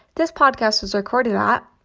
this podcast was recorded at.